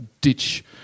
ditch